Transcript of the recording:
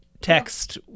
text